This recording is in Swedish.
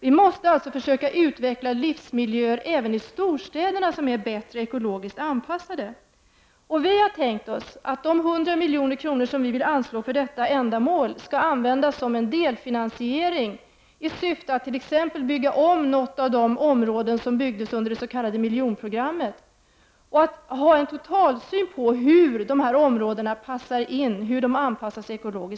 Vi måste alltså även i storstäderna försöka utveckla livsmiljöer som är bättre ekologiskt anpassade. Vi har tänkt oss att de 100 milj.kr. som vi vill anslå för detta ändamål skall — Prot. 1989/90:104 användas som en delfinansiering. Syftet är att t.ex. bygga om något av de 18 april 1990 områden som byggdes under det s.k. miljonprogrammet och att ge den ekologiska anpassningen av området en total syn.